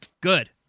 Good